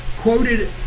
quoted